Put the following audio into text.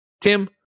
Tim